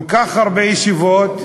כל כך הרבה ישיבות,